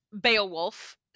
*Beowulf*